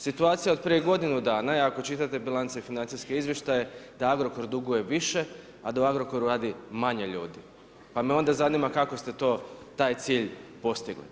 Situacija od prije godinu dana i ako čitate bilance i financijske izvještaje da Agrokor duguje više, a da u Agrokoru radi manje ljudi, pa me onda zanima kako ste to taj cilj postigli?